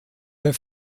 der